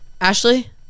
ashley